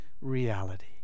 reality